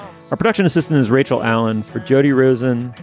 our production assistant is rachel allen for jody rosen,